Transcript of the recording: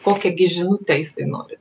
kokią gi žinutę jisai nori